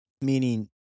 meaning